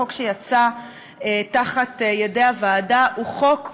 החוק שיצא מתחת ידי הוועדה הוא חוק גורף,